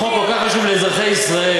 החוק כל כך חשוב לאזרחי ישראל.